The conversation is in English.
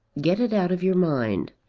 get it out of your mind.